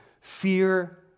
fear